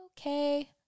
okay